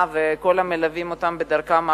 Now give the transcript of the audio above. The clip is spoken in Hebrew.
ואת כל המלווים אותם בדרכם האחרונה.